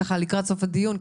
לקראת סוף הדיון,